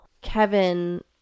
Kevin